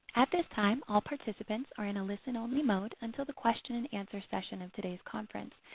at this time all participants are in a listen-only mode until the question-and-answer session of today's conference.